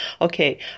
okay